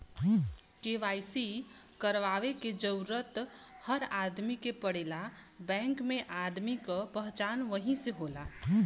KYC करवाये क जरूरत हर आदमी के पड़ेला बैंक में आदमी क पहचान वही से होला